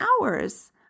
hours